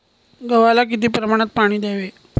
गव्हाला किती प्रमाणात पाणी द्यावे?